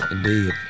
Indeed